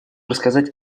рассказать